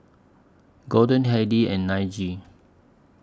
Gorden Heidi and Najee